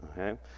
Okay